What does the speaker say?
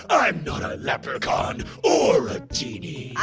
i'm not a leprechaun or a genie.